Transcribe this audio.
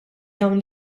dawn